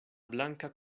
blanka